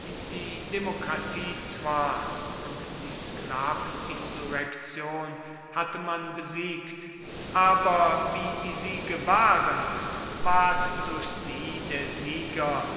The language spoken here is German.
die demokratie zwar und die sklaveninsurrektion hatte man besiegt aber wie die siege waren ward durch sie der sieger